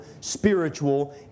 spiritual